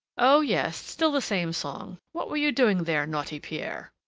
oh, yes! still the same song! what were you doing there, naughty pierre?